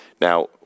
Now